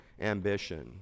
ambition